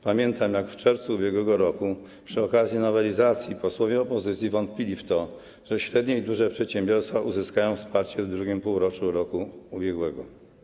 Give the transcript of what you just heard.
Pamiętam, jak w czerwcu ub.r. przy okazji nowelizacji posłowie opozycji wątpili w to, że średnie i duże przedsiębiorstwa uzyskają wsparcie w II półroczu roku ubiegłego.